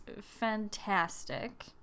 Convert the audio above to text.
fantastic